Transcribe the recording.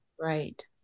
Right